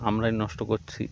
আমরাই নষ্ট করছি